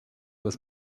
was